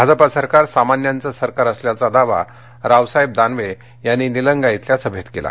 भाजपा सरकार सामान्यांचं सरकार असल्याचा दावा रावसाहेब दानवे यांनी निलंगा इथल्या सभेत केला